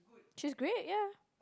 she's great ya